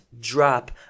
drop